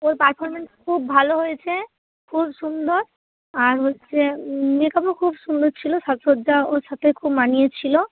ওর performance খুব ভালো হয়েছে খুব সুন্দর আর হচ্ছে মেকআপও খুব সুন্দর ছিল সাজসজ্জা ওর সাথে খুব মানিয়েছিল